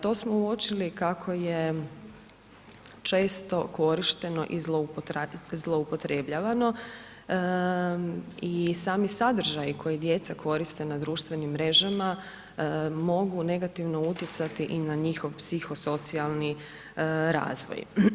To smo uočili kako je često korišteno i zloupotrebljavano i sami sadržaji koje djeca koriste na društvenim mrežama, mogu negativno utjecati i na njihov psiho-socijalni razvoj.